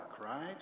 right